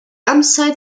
amtszeit